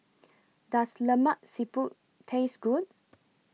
Does Lemak Siput Taste Good